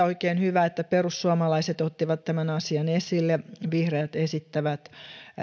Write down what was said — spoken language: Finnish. oikein hyvä että perussuomalaiset ottivat tämän asian esille vihreät esittävät